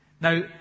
Now